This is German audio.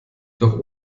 doch